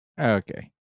Okay